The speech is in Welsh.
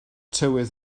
tywydd